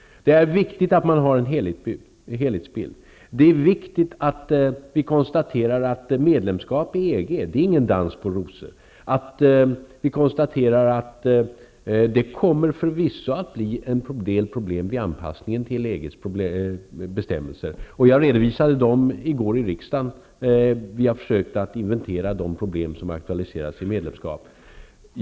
Det är viktigt att man har en helhetsbild. Det är viktigt att vi konstaterar att ett medlemskap i EG inte är någon dans på rosor och att det förvisso kommer att bli en del problem vid anpassningen till EG:s bestämmelser. Jag försökte i går i riksdagen att inventera de problem som aktualiseras vid ett medlemskap.